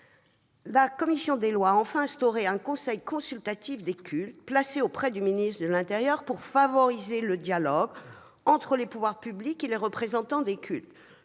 La commission des lois propose en outre d'instaurer un conseil consultatif des cultes placé auprès du ministre de l'intérieur pour favoriser le dialogue entre les pouvoirs publics et les représentants des cultes.